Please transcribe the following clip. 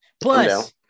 Plus